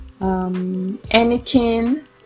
Anakin